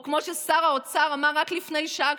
או כמו ששר האוצר אמר רק לפני שעה,